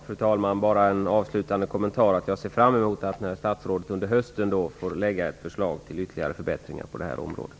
Fru talman! Jag ser fram emot att statsrådet under hösten får tillfälle att lägga fram förslag om ytterligare förbättringar på det här området.